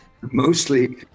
Mostly